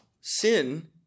sin